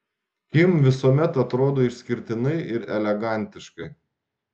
kim visuomet atrodo išskirtinai ir elegantiškai